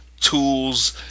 tools